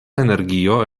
energio